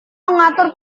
mengatur